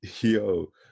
Yo